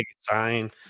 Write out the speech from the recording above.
sign